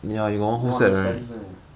you don't understand meh